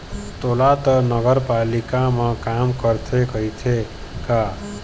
तोला तो नगरपालिका म काम करथे कहिथे का?